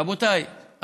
רבותיי,